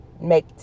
make